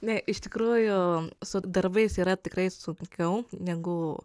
ne iš tikrųjų su darbais yra tikrai sunkiau negu